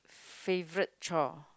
favourite chore